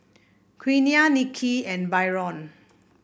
Quiana Nikki and Byron